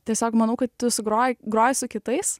tiesiog manau kad tu sugroji groji su kitais